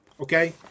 okay